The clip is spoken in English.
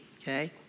Okay